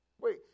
Wait